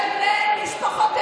של בני משפחותיהם.